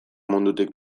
mundutik